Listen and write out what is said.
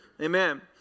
Amen